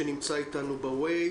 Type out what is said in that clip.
נמצא כרגע בבית